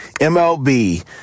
MLB